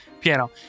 Piano